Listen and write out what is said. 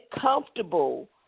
comfortable